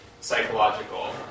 psychological